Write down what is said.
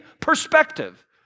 perspective